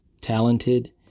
talented